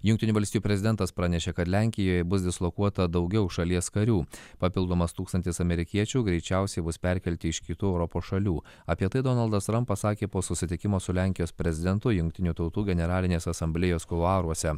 jungtinių valstijų prezidentas pranešė kad lenkijoje bus dislokuota daugiau šalies karių papildomas tūkstantis amerikiečių greičiausiai bus perkelti iš kitų europos šalių apie tai donaldas trampas sakė po susitikimo su lenkijos prezidentu jungtinių tautų generalinės asamblėjos kuluaruose